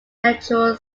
natural